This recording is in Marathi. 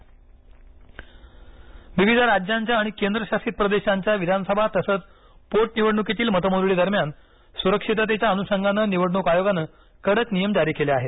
मतमोजणी विविध राज्यांच्या आणि केंद्रशासित प्रदेशांच्या विधानसभा तसच पोटनिवडणुकीतील मतमोजणीदरम्यान सुरक्षिततेच्या अनुषंगाने निवडणूक आयोगाने कडक नियम जारी केले आहेत